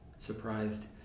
Surprised